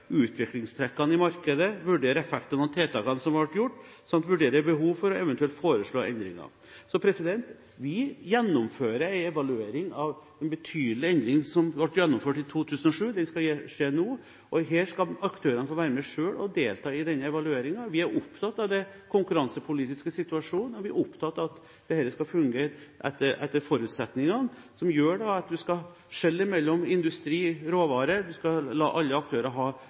utviklingstrekkene i markedet, vurdere effektene av tiltakene som ble gjort, samt vurdere behov for og eventuelt foreslå endringer. Så vi gjennomfører en evaluering av en betydelig endring som ble gjennomført i 2007. Den skal være nå, og aktørene skal selv få være med i evalueringen. Vi er opptatt av den konkurransepolitiske situasjonen, og vi er opptatt av at dette skal fungere etter forutsetningene, noe som gjør at en skal skille mellom industri og råvarer, og en skal la alle aktører ha